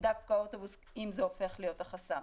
דווקא אוטובוס אם זה הופך להיות החסם.